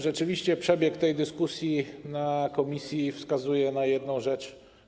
Rzeczywiście przebieg tej dyskusji w komisji wskazuje na jedną rzecz.